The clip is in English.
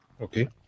Okay